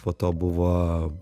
po to buvo